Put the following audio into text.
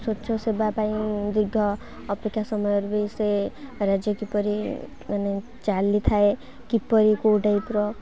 ସ୍ୱଚ୍ଛସେବା ପାଇଁ ଦୀର୍ଘ ଅପେକ୍ଷା ସମୟରେ ବି ସେ ରାଜ୍ୟ କିପରି ମାନେ ଚାଲିଥାଏ କିପରି କେଉଁ ଟାଇପ୍ର